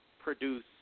produce